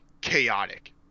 chaotic